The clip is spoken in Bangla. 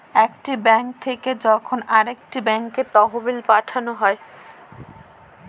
একটি ব্যাঙ্ক থেকে যখন আরেকটি ব্যাঙ্কে তহবিল পাঠানো হয়